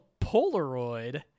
Polaroid